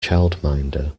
childminder